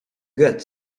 gut